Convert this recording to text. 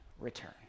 return